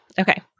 Okay